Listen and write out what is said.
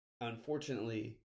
Unfortunately